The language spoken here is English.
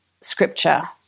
scripture